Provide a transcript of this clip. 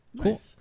Cool